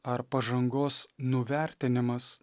ar pažangos nuvertinimas